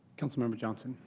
councilmember johnson?